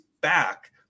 back